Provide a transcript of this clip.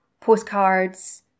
postcards